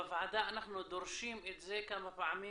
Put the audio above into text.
אנחנו פה בוועדה דורשים את זה כמה פעמים,